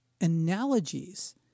analogies